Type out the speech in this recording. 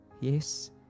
yes